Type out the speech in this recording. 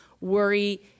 worry